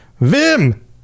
vim